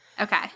Okay